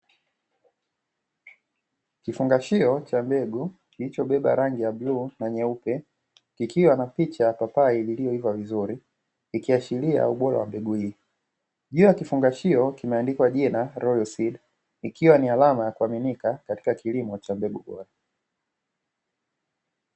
Kifungashio cha mbegu kilichobeba rangi ya bluu na nyeupe, ikiwa na picha ya papai lililoiva vizuri, ikiashiria ubora wa mbegu hii. Juu ya kifungashio kimeandikwa jina "royal seed" ikiwa ni alama ya kuaminika katika kilimo cha mbegu bora.